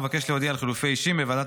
אבקש להודיע על חילופי אישים בוועדת